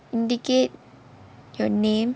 indicate your name